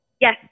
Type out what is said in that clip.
Yes